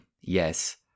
yes